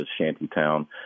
Shantytown